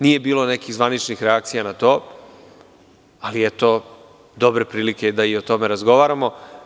Nije bilo nekih zvaničnih reakcija na to, ali je eto dobre prilike da i o tome razgovaramo.